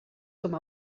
com